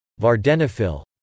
Vardenafil